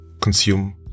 consume